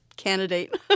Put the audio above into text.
candidate